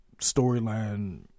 storyline